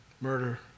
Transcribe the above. Murder